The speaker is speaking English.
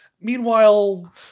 Meanwhile